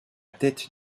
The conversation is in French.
tête